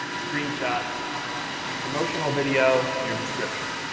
screenshots, your promotional video, and your description,